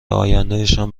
آیندهشان